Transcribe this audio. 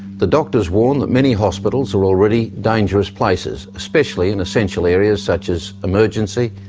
the doctors warn that many hospitals are already dangerous places especially in essential areas such as emergency,